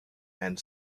and